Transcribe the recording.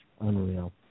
Unreal